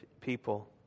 people